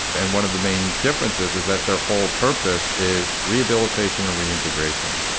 and one of the main differences is that their whole purpose is rehabilitation and reintegration